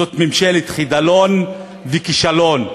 זו ממשלת חידלון וכישלון.